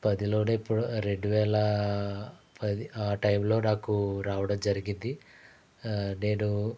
పదిలోనో ఎపుడో రెండువేల పది ఆ టైము లో నాకు రావడం జరిగింది నేను